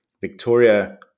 Victoria